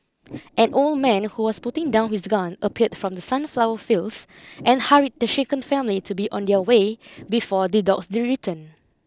an old man who was putting down his gun appeared from the sunflower fields and hurried the shaken family to be on their way before the dogs return